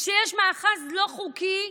כשיש מאחז לא חוקי,